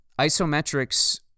Isometrics